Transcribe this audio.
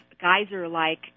geyser-like